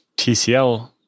TCL